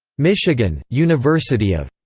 michigan, university of.